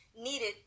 needed